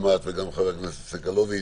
גם את וגם חבר הכנסת סגלוביץ'.